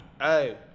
Hey